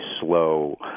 slow